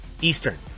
Eastern